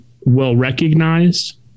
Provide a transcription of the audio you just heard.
well-recognized